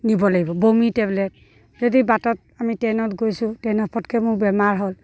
নিব লাগিব বমি টেবলেট যদি বাটত আমি ট্ৰেইনত গৈছোঁ ট্ৰেইনত পটককৈ মোৰ বেমাৰ হ'ল